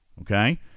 okay